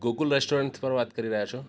Gokul restaurant પર વાત કરી રહ્યા છો